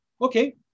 okay